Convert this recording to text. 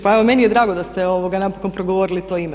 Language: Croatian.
Pa evo meni je drago da ste napokon progovorili to ime.